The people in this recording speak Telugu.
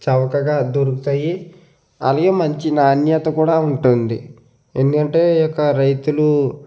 చౌకగా దొరుకుతాయి అలాగే మంచి నాణ్యత కూడా ఉంటుంది ఎందుకంటే ఇక రైతులు